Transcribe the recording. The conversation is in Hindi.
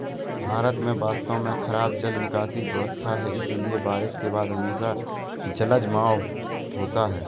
भारत में वास्तव में खराब जल निकासी व्यवस्था है, इसलिए बारिश के बाद हमेशा जलजमाव होता है